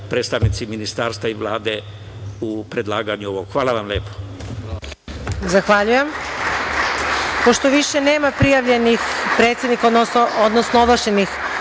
predstavnici ministarstva i Vlade u predlaganju ovog. Hvala vam lepo. **Marija Jevđić** Zahvaljujem. Pošto više nema prijavljenih predsednika, odnosno ovlašćenih